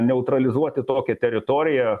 neutralizuoti tokią teritoriją